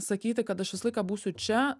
sakyti kad aš visą laiką būsiu čia